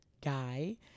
guy